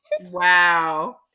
Wow